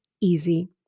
easy